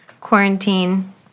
quarantine